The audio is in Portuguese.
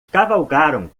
cavalgaram